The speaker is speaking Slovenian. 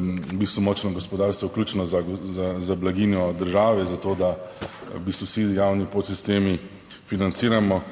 v bistvu močno gospodarstvo ključno za blaginjo države, za to, da v bistvu vsi javni podsistemi financiramo,